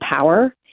power